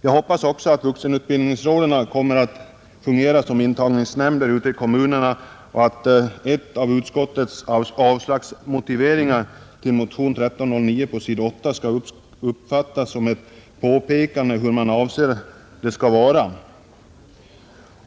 Jag hoppas också att vuxenutbildningsråden kommer att fungera som intagningsnämnder ute i kommunerna och att en av utskottets avslagsmotiveringar till motion 1309 på s. 8 skall uppfattas som ett påpekande om hur man anser att det skall vara